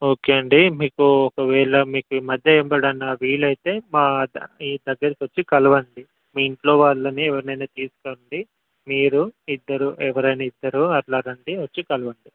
okay అండి మీకు ఒకవేళ మీకు ఈ మధ్య ఎప్పుడైనా వీలయితే మా ఈ దగ్గరకి వచ్చి కలవండి మీ ఇంట్లో వాళ్ళని ఎవరినైనా తీసుకోండి మీరు ఇద్దరు ఎవరైనా ఇద్దరు అలారండి వచ్చి కలవండి